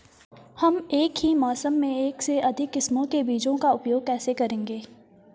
हम एक ही मौसम में एक से अधिक किस्म के बीजों का उपयोग कैसे करेंगे?